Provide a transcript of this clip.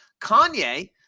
Kanye